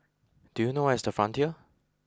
do you know where is the Frontier